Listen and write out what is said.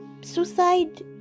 suicide